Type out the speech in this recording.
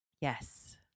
yes